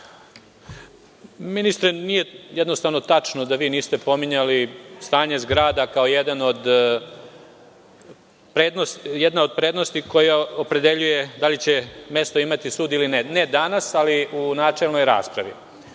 Ministre, nije jednostavno tačno da vi niste pominjali stanje zgrada kao jedan od prednosti koja opredeljuje da li će mesto imati sud ili ne, ne danas, ali u načelnoj raspravi.